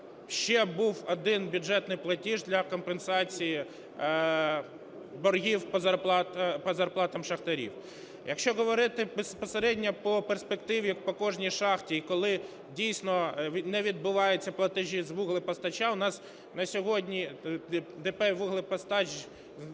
ще був один бюджетний платіж для компенсації боргів по зарплатам шахтарів. Якщо говорити безпосередньо по перспективі по кожній шахті, і коли дійсно не відбуваються платежі з вуглепостачання, у нас на сьогодні ДП "Вуглепостач",